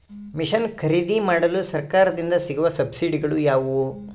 Mission ಖರೇದಿಮಾಡಲು ಸರಕಾರದಿಂದ ಸಿಗುವ ಸಬ್ಸಿಡಿಗಳು ಯಾವುವು?